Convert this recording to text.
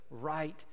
right